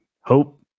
hope